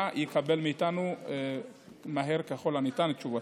יקבל מאיתנו מהר ככל הניתן את תשובתנו.